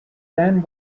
then